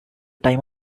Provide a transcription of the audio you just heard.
time